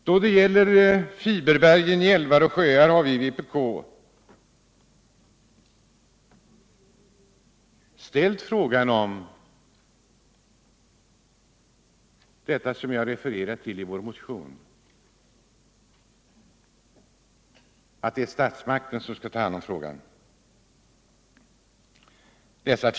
När det gäller fiberberg i älvar och sjöar har vi i vpk ställt yrkande i vår motion om att statsmakterna skall ta hand om detta problem.